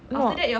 no